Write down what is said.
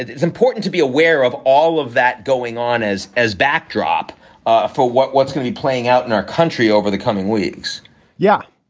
it's important to be aware of all of that going on as as backdrop ah for what what's gonna be playing out in our country over the coming weeks yeah.